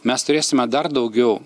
mes turėsime dar daugiau